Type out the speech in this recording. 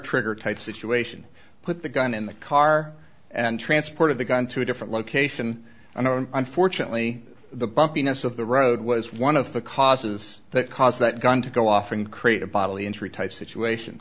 trigger type situation put the gun in the car and transport of the gun to a different location unknown unfortunately the bumpiness of the road was one of the causes that caused that gun to go off and create a bodily injury type situation